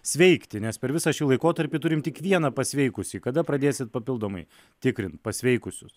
sveikti nes per visą šį laikotarpį turim tik vieną pasveikusį kada pradėsite papildomai tikrint pasveikusius